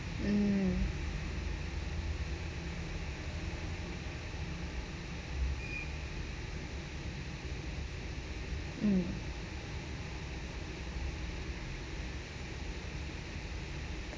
mm mm